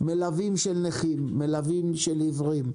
מלווים של נכים, מלווים של עיוורים,